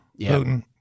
Putin